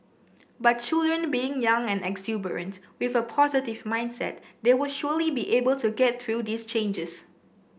but children being young and exuberant with a positive mindset they will surely be able to get through these changes